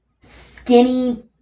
skinny